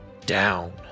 down